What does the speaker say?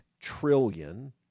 trillion